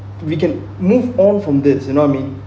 we can move on from this tsunami